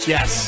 Yes